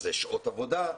זה שעות עבודה,